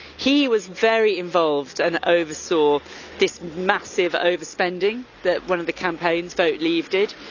he was very involved and oversaw this massive overspending that one of the campaigns vote leave did.